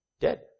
dead